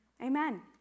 Amen